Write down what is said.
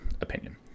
opinion